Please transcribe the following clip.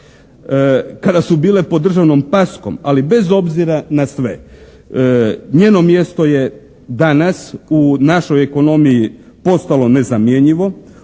kada su bile pod državnom paskom ali bez obzira na sve njeno mjesto je danas u našoj ekonomiji postalo nezamjenjivo.